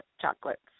chocolates